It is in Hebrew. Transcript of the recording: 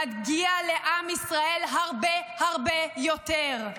מגיע לעם ישראל הרבה הרבה יותר.